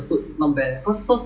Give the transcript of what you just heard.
where got so 夸张